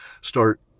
start